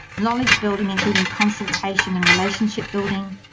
knowledge building including consultation and relationship building,